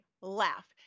Laugh